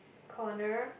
corner